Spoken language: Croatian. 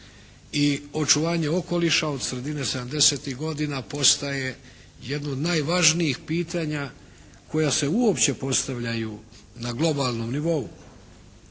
i očuvanje okoliša od sredine 70-tih godina postaje jedno od najvažnijih pitanja koja se uopće postavljaju na globalnom nivou.